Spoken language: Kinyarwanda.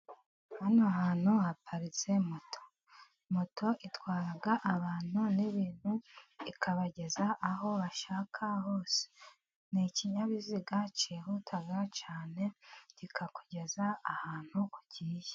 Hano hantu haparitse moto. Moto itwara abantu n'ibintu ikabageza aho bashaka hose, ni ikinyabiziga kihuta cyane, kikakugeza ahantu ugiye.